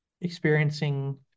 experiencing